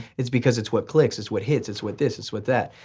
it's because it's what click, it's what hits, it's what this, it's what that.